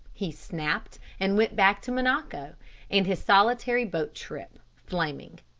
he snapped, and went back to monaco and his solitary boat trip, flaming.